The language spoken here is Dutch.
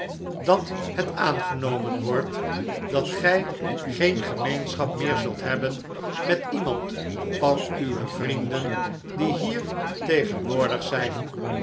dat net aangenomen wordt dat gj geen gemeenschap meer zult hebben met iemand van uwe vrienden die hier tegenwoordig zijn